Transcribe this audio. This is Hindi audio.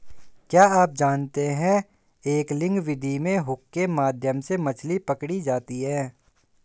क्या आप जानते है एंगलिंग विधि में हुक के माध्यम से मछली पकड़ी जाती है